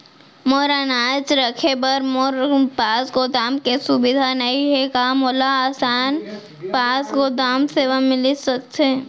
मोर अनाज रखे बर मोर पास गोदाम के सुविधा नई हे का मोला आसान पास गोदाम सेवा मिलिस सकथे?